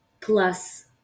plus